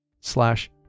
slash